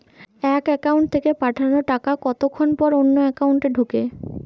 এক একাউন্ট থেকে পাঠানো টাকা কতক্ষন পর অন্য একাউন্টে ঢোকে?